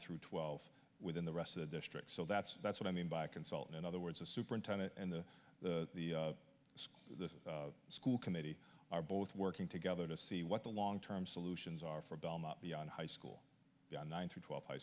through twelve within the rest of the district so that's that's what i mean by a consultant in other words a superintendent and the school the school committee are both working together to see what the long term solutions are for belmont beyond high school the nine through twelve high